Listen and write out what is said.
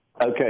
Okay